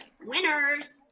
winners